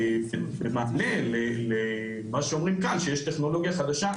במענה למה שאומרים כאן שיש טכנולוגיה חדשה,